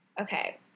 okay